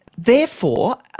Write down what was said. therefore,